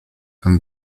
and